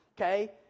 okay